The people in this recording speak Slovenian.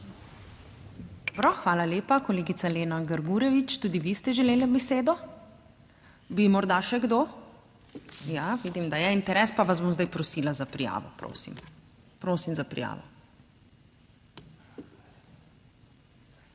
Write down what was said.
hvala lepa, kolegica Lena Grgurevič, tudi vi ste želeli besedo. Bi morda še kdo? Ja, vidim, da je interes, pa vas bom zdaj prosila za prijavo. Prosim, prosim za prijavo.